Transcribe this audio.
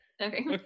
Okay